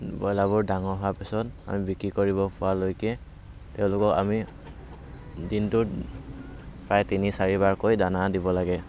ব্ৰইলাৰবোৰ ডাঙৰ হোৱাৰ পিছত আমি বিক্ৰী কৰিব হোৱালৈকে তেওঁলোকক আমি দিনটোত প্ৰায় তিনি চাৰিবাৰকৈ দানা দিব লাগে